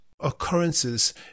Occurrences